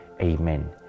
Amen